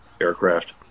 aircraft